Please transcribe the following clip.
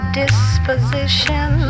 disposition